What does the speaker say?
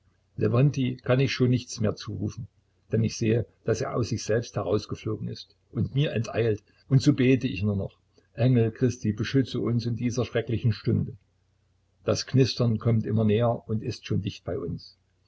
lewontij kann ich schon nichts mehr zurufen denn ich sehe daß er gleichsam aus sich selbst herausgeflogen ist und mir enteilt und so bete ich nur noch engel christi beschütze uns in dieser schrecklichen stunde das knistern kommt immer näher und ist schon dicht bei uns